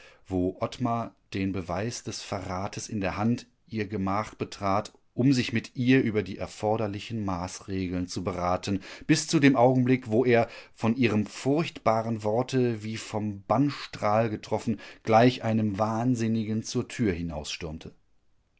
wo ottmar den beweis des verrates in der hand ihr gemach betrat um sich mit ihr über die erforderlichen maßregeln zu beraten bis zu dem augenblick wo er von ihrem furchtbaren worte wie vom bannstrahl getroffen gleich einem wahnsinnigen zur tür